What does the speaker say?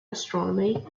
astronomy